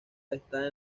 está